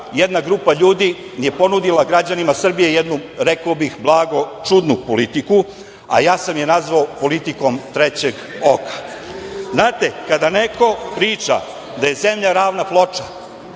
jedna grupa ljudi je ponudila građanima Srbije jednu, rekao bih blago, čudnu politiku, a ja sam je nazvao politikom trećeg oka. Znate, kada neko priča da je zemlja ravna ploča,